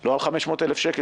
לא על 500 אלף שקל.